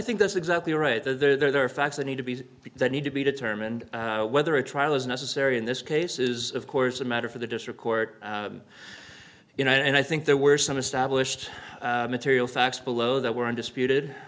think that's exactly right that there are facts that need to be that need to be determined whether a trial is necessary in this case is of course a matter for the district court you know and i think there were some established material facts below that were undisputed